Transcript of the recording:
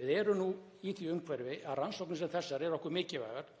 Við erum nú í því umhverfi að rannsóknir sem þessar eru okkur mikilvægar